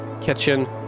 kitchen